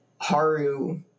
Haru